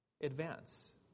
advance